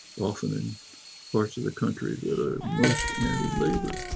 often in parts of the country that are most anti-labour.